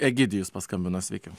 egidijus paskambino sveiki